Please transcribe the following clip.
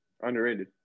Underrated